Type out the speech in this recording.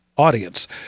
audience